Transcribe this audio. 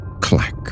clack